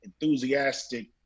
enthusiastic